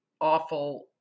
awful